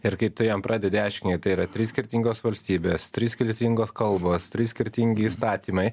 ir kai tu jam pradedi aiškint kad tai yra trys skirtingos valstybės trys skirtingos kalbos trys skirtingi įstatymai